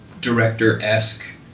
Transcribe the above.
director-esque